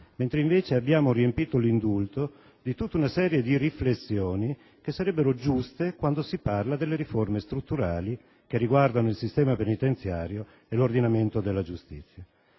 Invece abbiamo riempito l'indulto di una serie di riflessioni che sono giuste quando si parla delle riforme strutturali che riguardano il sistema penitenziario e l'ordinamento della giustizia.